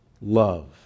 love